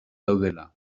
daudela